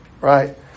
right